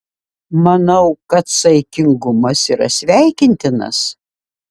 manau kad saikingumas yra sveikintinas